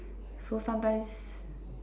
so sometimes